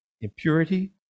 impurity